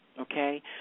Okay